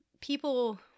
people